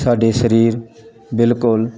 ਸਾਡਾ ਸਰੀਰ ਬਿਲਕੁਲ